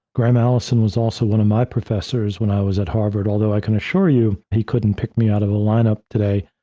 graham allison was also one of my professors when i was at harvard, although i can assure you, he couldn't pick me out of the lineup today,